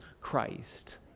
Christ